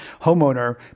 homeowner